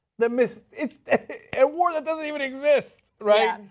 the myth. it's a war that doesn't even exist. right?